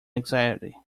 anxiety